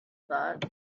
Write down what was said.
thought